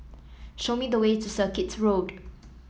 show me the way to Circuit Road